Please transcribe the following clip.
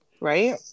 right